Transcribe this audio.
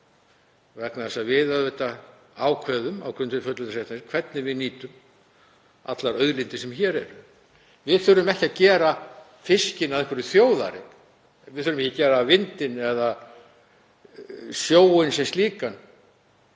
vegna þess að við ákveðum á grundvelli fullveldisréttar hvernig við nýtum allar auðlindir sem hér eru. Við þurfum ekki að gera fiskinn að einhverri þjóðareign. Við skulum ekki gera vindinn eða sjóinn sem slíkan